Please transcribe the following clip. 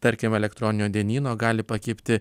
tarkim elektroninio dienyno gali pakibti